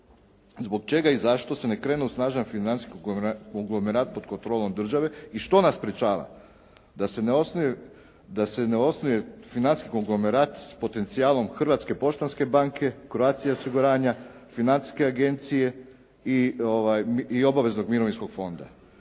Zbog čega i zašto se ne krene u snažan financijski konglomerat pod kontrolom države i što nas sprječava da se ne osnuje financijski konglomerat s potencijalom Hrvatske poštanske banke, Croatia osiguranja, Financijske agencije i Obaveznog mirovinskog fonda?